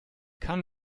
kann